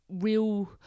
real